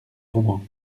rouen